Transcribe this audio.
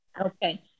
Okay